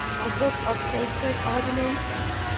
or books of sacred ordinances.